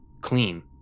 clean